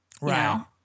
Right